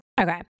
okay